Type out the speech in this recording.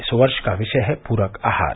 इस वर्ष का विषय है पूरक आहार